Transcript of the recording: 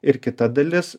ir kita dalis